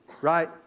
Right